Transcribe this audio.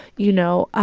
you know,